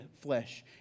flesh